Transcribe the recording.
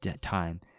time